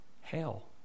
hell